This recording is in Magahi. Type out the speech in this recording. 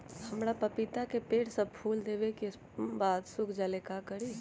हमरा पतिता के पेड़ सब फुल देबे के बाद सुख जाले का करी?